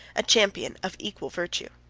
a champion of equal virtue.